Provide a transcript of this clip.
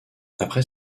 après